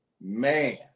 man